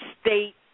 state